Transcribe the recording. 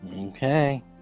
Okay